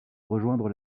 rejoindre